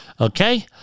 Okay